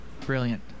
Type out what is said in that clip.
Brilliant